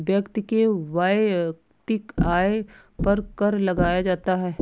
व्यक्ति के वैयक्तिक आय पर कर लगाया जाता है